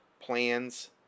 plans